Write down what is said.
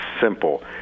simple